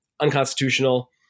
unconstitutional